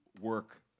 work